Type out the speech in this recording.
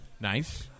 Nice